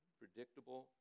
predictable